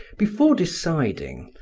before deciding,